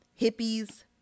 hippies